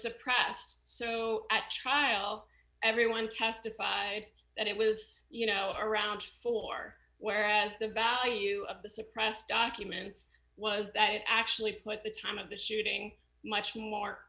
suppressed so at trial everyone testified that it was you know around four whereas the value of the suppressed documents was actually put the time of the shooting much more